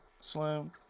slim